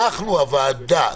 כולנו בוועדה,